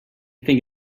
think